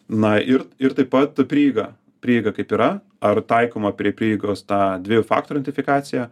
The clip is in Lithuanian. na ir ir taip pat prieiga prieiga kaip yra ar taikoma prie prieigos ta dviejų faktorių identifikacija